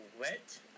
wet